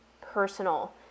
personal